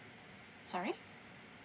sorry